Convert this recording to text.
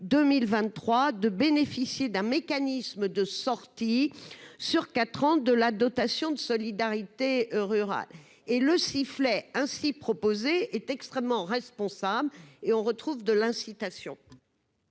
2023, de bénéficier d'un mécanisme de sortie sur 4 ans de la dotation de solidarité rurale et le sifflet ainsi proposé est extrêmement responsable et on retrouve de l'incitation.